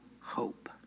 hope